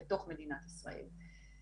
בתוך מדינת ישראל.